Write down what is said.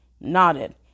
nodded